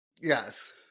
Yes